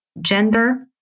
Gender